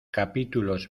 capítulos